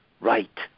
Right